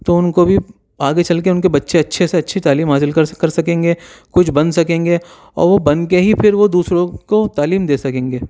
تو ان کو بھی آگے چل کے ان کے بچے اچھے سے اچھے تعلیم حاصل کر کر سکیں گے کچھ بن سکیں گے اور وہ بن کے ہی پھر وہ دوسروں کو تعلیم دے سکیں گے